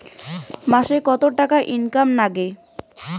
মাসে কত টাকা ইনকাম নাগে?